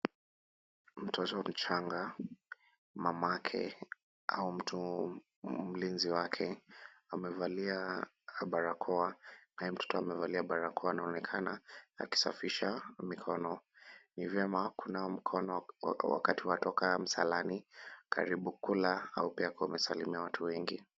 Mtoto mchanga, mamake au mtu, mlinzi wake amevalia barakoa, naye mtoto amevalia barakoa anaonekana akisafisha mikono. Ni vyema kunawa mkono wakati watoka msalani, karibu kula au pia kama umesalimia watu wengi.